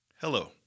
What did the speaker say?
Hello